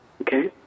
Okay